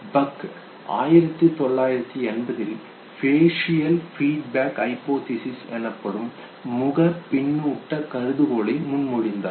buck 1980 இல் facial feedback hypothesis எனப்படும் முக பின்னூட்டக் கருதுகோளை முன்மொழிந்தார்